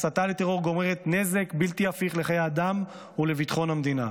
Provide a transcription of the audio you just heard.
הסתה לטרור גורמת נזק בלתי הפיך לחיי אדם ולביטחון המדינה.